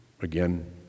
Again